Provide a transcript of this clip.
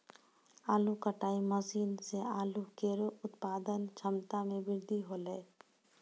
आलू कटाई मसीन सें आलू केरो उत्पादन क्षमता में बृद्धि हौलै